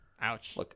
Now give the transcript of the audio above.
Ouch